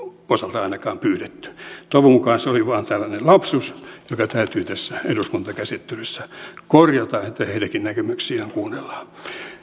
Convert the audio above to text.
osalta ainakaan pyydetty toivon mukaan se oli vain tällainen lapsus joka täytyy tässä eduskuntakäsittelyssä korjata että heidänkin näkemyksiään kuunnellaan